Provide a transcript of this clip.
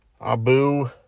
Abu